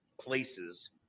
places